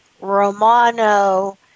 Romano